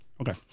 Okay